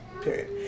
period